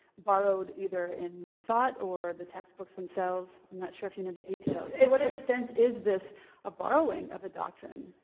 borrowed either in thought or the textbooks themselves. i'm not sure if you know the details. to what extent is this a borrowing of a doctrine?